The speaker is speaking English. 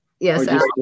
Yes